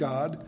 God